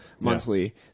monthly